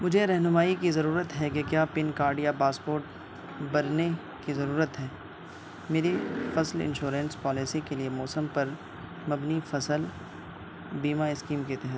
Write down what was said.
مجھے رہنمائی کی ضرورت ہے کہ کیا پن کاڈ یا پاسپوٹ بھرنے کی ضرورت ہے میری فصل انشورنس پالیسی کے لیے موسم پر مبنی فصل بیمہ اسکیم کے تحت